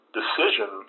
decision